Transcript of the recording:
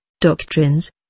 doctrines